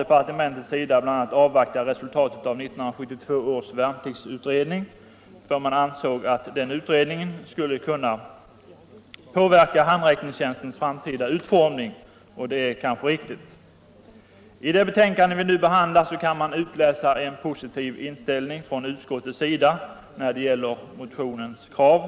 Departementet ville bl.a. avvakta resultatet av 1972 års värnpliktsutredning, för man ansåg att den utredningen skulle kunna påverka handräckningstjänstens framtida utformning. Det är kanske riktigt. I det betänkande som vi nu behandlar kan man utläsa en positiv inställning från utskottet när det gäller motionens krav.